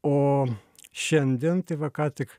o šiandien va ką tik